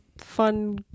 fun